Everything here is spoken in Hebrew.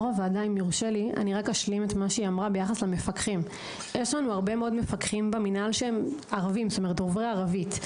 יש לנו הרבה מאוד מפקחים ערבים במינהל דוברי ערבית.